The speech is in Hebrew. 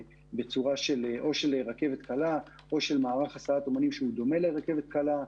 בצורה או של רכבת קלה או מערך של הסעת המונים שהוא דומה לרכבת קלה.